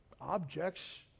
objects